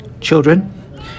children